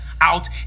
out